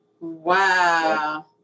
Wow